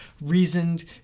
reasoned